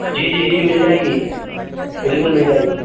جی جی جی مل جائے گی بالکل مل جائے گی